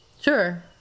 Sure